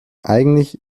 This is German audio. eigentlich